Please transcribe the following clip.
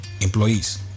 employees